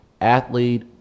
athlete